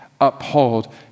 uphold